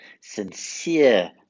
sincere